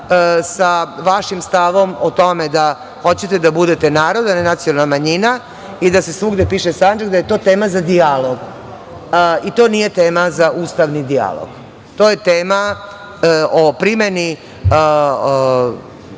sa vašim stavom o tome da hoćete da budete narod, a ne nacionalna manjina i da se svugde piše Sandžak, da je to tema za dijalog i to nije tema za ustavni dijalog. To je tema o primeni